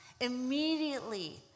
Immediately